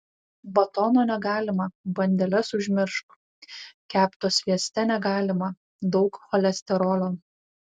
batono negalima bandeles užmiršk kepto svieste negalima daug cholesterolio